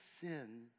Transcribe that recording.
sin